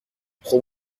خوب